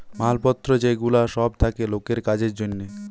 মাল পত্র যে গুলা সব থাকে লোকের কাজের জন্যে